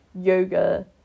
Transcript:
yoga